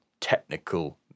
technical